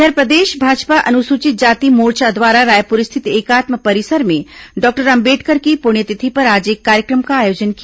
इधर प्रदेश भाजपा अनुसूचित जाति मोर्चो द्वारा रायपुर स्थित एकात्म परिसर में डॉक्टर अंबेडकर की पुण्यतिथि पर आज एक कार्यक्रम का आयोजन किया